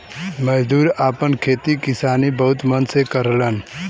मजदूर आपन खेती किसानी बहुत मन से करलन